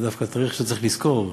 זה דווקא תאריך שצריך לזכור,